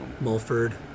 Mulford